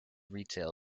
retail